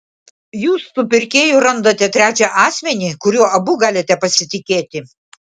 jūs su pirkėju randate trečią asmenį kuriuo abu galite pasitikėti